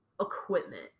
equipment